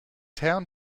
town